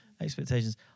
expectations